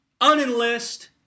unenlist